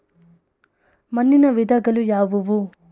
ಮಣ್ಣಿನ ವಿಧಗಳು ಯಾವುವು?